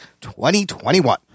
2021